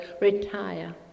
retire